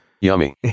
Yummy